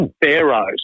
Pharaohs